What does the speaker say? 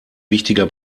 wichtiger